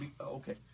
okay